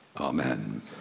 Amen